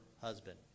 husband